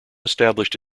established